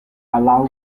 allow